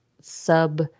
sub